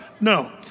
No